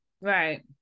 Right